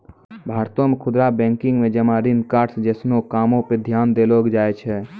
भारतो मे खुदरा बैंकिंग मे जमा ऋण कार्ड्स जैसनो कामो पे ध्यान देलो जाय छै